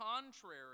contrary